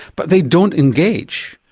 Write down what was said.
but they don't engage.